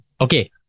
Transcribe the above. Okay